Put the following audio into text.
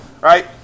right